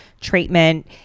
treatment